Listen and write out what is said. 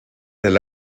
del